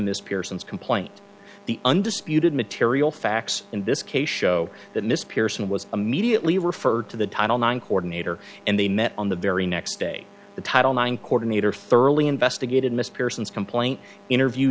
miss pearson's complaint the undisputed material facts in this case show that miss pearson was immediately referred to the title nine coordinator and they met on the very next day the title nine quarter meter thoroughly investigated miss pearson's complaint interview